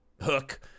hook